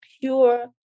pure